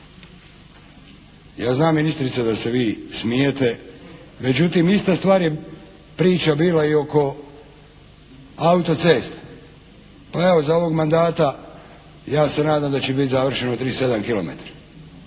Ja znam ministrice da se vi smijete, međutim ista stvar je priča bila i oko autocesta. Pa evo za ovog mandata ja se nadam da će biti završeno 37 kilometra.